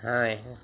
hi